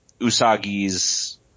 usagi's